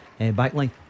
Backline